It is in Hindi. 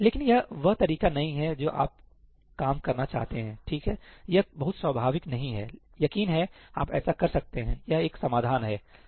लेकिन यह वह तरीका नहीं है जो आप काम करना चाहते हैं ठीक है यह बहुत स्वाभाविक नहीं है यकीन है आप ऐसा कर सकते हैं यह एक समाधान है